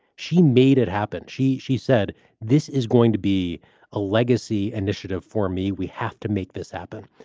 she made it happen. she she said this is going to be a legacy initiative for me. we have to make this happen.